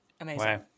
Amazing